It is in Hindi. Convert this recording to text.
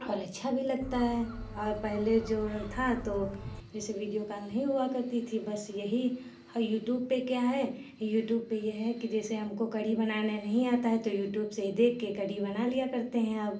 और अच्छा भी लगता है और पहले जो था तो जैसे वीडियो कॉल नहीं हुआ करती थी बस यही यूट्यूब पर क्या है यूट्यूब पर यह है कि जैसे हमको कढ़ी बनाना नहीं आता है तो यूट्यूब से ही देखकर कढ़ी बना लिया करते हैं अब